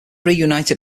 reunited